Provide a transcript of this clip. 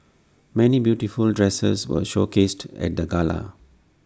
many beautiful dresses were showcased at the gala